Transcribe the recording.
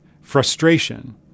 Frustration